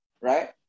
right